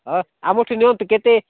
ଓଃ ଆମଠୁ ନିଅନ୍ତୁ କେତେ